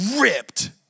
ripped